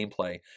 gameplay